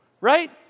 right